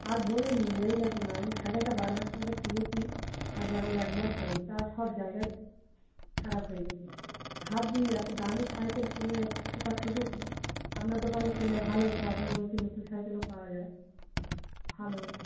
আর বলবেন না এই দেখুন না আমি সাইকেলটা বারো হাজার টাকা দিয়ে কিনেছি আজ এখন এক মাস হয়নি তা সব জায়গায় খারাপ হয়ে গিয়েছে ভাবছি এত দামি সাইকেল কিনে কী ঠকা ঠকেছি আপনার দোকানে কিনলে ভালো হতো আপনি বলছেন নতুন সাইকেলও পাওয়া যায় ভালো হতো